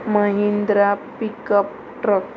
Mahindra pickup truck